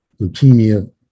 leukemia